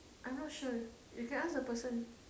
I'm not sure you can ask the person